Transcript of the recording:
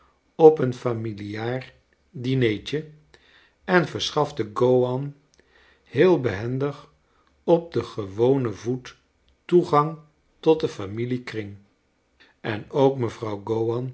op een familiaar dinetje en verschaften gowan heel behendig op den gewonen voet toegang tot den familiekring en ook mevrouw